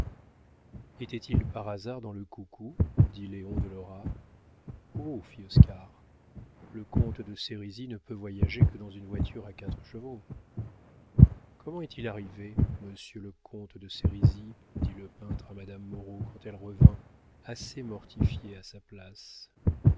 était-il par hasard dans le coucou dit léon de lora oh fit oscar le comte de sérisy ne peut voyager que dans une voiture à quatre chevaux comment est-il arrivé monsieur le comte de sérisy dit le peintre à madame moreau quand elle revint assez mortifiée à sa place